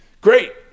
great